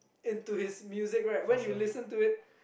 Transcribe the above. into his music when you listen to it